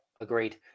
Agreed